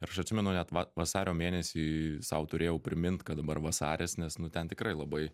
ir aš atsimenu net va vasario mėnesį sau turėjau primint kad dabar vasaris nes nu ten tikrai labai